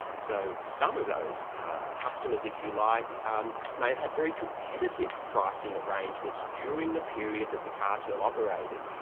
so some of those customers, if you like, um may have had very competitive pricing arrangements during the period that the cartel operated.